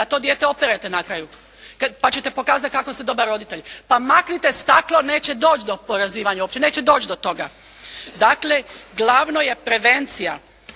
da to dijete operete na kraju, pa ćete pokazati kako ste dobar roditelj. Pa maknite staklo, neće doć' do porezivanja, uopće neće doć' do toga. Dakle, glavno je prevencija.